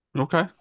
Okay